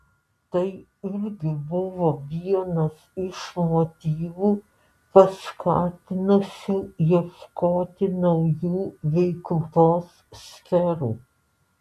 tai irgi buvo vienas iš motyvų paskatinusių ieškoti naujų veiklos sferų